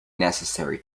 necessary